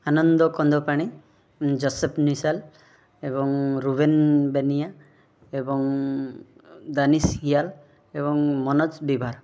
ଆନନ୍ଦ Kandapani Joseph Nishal ଏବଂ Reuben Benia ଏବଂ Dennis Hial ଏବଂ ମନୋଜ ବିଭାର